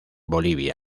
bolivia